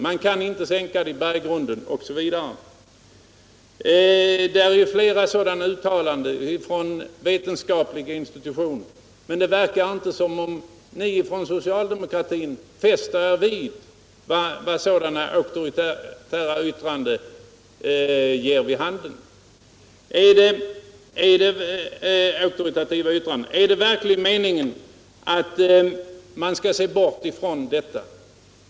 Man kan inte sänka avfallet ner i berggrunden: den är genomkorsad av grundvattensprickor. Det föreligger flera sådana uttalanden från vetenskapliga institutioner, men det verkar inte som om ni socialdemokrater fäster er vid vad sådana auktoritativa yttranden ger vid handen. Är det verkligen meningen att man skall bortse från allt detta?